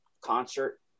concert